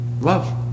love